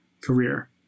career